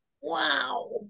wow